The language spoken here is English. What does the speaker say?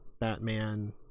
Batman